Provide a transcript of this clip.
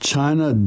China